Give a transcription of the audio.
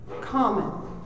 common